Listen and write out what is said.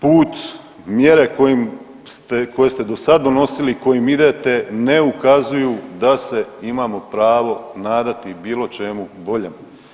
Put i mjere koje ste do sad donosili i kojim idete ne ukazuju da se imamo pravo nadati bilo čemu boljem.